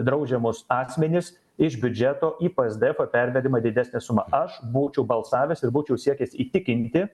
draudžiamus asmenis iš biudžeto į psdfą pervedima didesnė suma aš būčiau balsavęs ir būčiau siekęs įtikinti